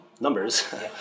numbers